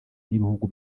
n’ibihugu